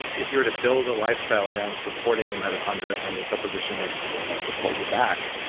if you were to build a lifestyle around supporting the mitochondria on the supposition that, well, they'll support you back,